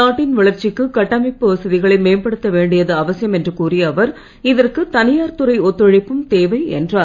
நாட்டின் வளர்ச்சிக்கு கட்டமைப்பு வசதிகளை மேம்படுத்த வேண்டியது அவசியம் என்று கூறிய அவர் இதற்கு தனியார் துறை ஒத்துழைப்பும் தேவை என்றார்